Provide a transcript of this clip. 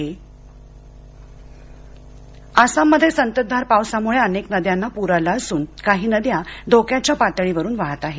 आसाम पूर आसाममध्ये संततधार पावसामुळे अनेक नद्यांना पूर आला असून काही नद्या धोक्याच्या पातळीवरून वाहत आहेत